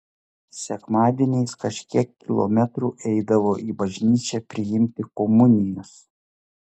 sekmadieniais kažkiek kilometrų eidavo į bažnyčią priimti komunijos